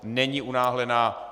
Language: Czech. Není unáhlená.